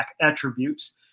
attributes